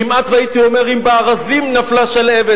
כמעט שהייתי אומר: אם בארזים נפלה שלהבת,